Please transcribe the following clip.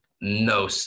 no